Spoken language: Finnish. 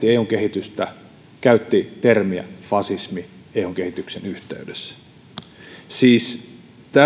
ja käytti termiä fasismi eun kehityksen yhteydessä siis